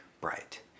bright